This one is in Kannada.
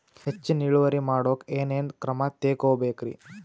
ಹೆಚ್ಚಿನ್ ಇಳುವರಿ ಮಾಡೋಕ್ ಏನ್ ಏನ್ ಕ್ರಮ ತೇಗೋಬೇಕ್ರಿ?